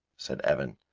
said evan,